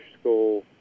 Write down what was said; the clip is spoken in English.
school